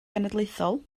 genedlaethol